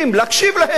להקשיב להם,